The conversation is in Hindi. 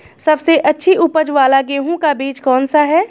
सबसे अच्छी उपज वाला गेहूँ का बीज कौन सा है?